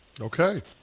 Okay